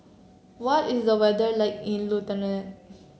what is the weather like in Lithuania